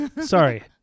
Sorry